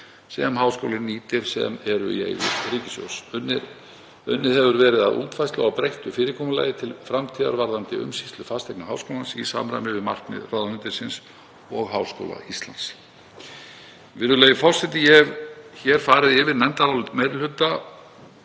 er háskólinn nýtir sem eru í eigu ríkissjóðs. Unnið hefur verið að útfærslu á breyttu fyrirkomulagi til framtíðar varðandi umsýslu fasteigna háskólans í samræmi við markmið ráðuneytisins og Háskóla Íslands. Virðulegi forseti. Ég hef hér farið yfir nefndarálit meiri hluta